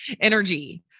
energy